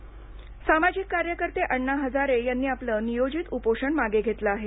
अण्णा हजारे सामाजिक कार्यकर्ते अण्णा हजारे यांनी आपलं नियोजित उपोषण मागे घेतलं आहे